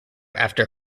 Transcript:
after